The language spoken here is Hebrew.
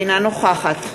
אינה נוכחת